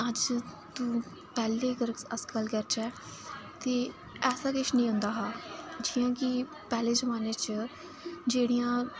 अज्ज तूं पैहले अगर अस्स गल्ल करचै ते ऐसा किश नी हुंदा हा जे जियां कि पैहले जमाने च जेह्ड़ियां